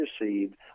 received